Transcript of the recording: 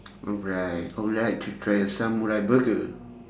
alright I would like to try the samurai burger